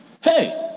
Hey